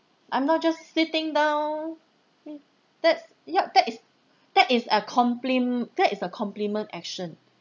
I'm not just sitting down uh that's ya that is that is a complim~ that is a complement action